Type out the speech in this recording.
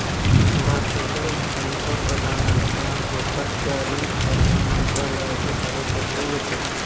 भारताच्या पंतप्रधानांच्या अखत्यारीत अर्थ मंत्रालयाचे कार्यक्षेत्र येते